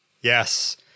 Yes